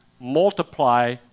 multiply